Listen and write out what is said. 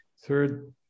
Third